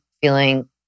feeling